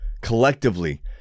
collectively